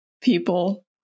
people